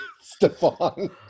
Stefan